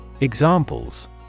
Examples